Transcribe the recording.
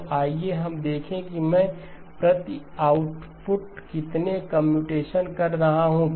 तो आइए हम देखें कि मैं प्रति आउटपुट कितने कम्प्यूटेशन कर रहा हूं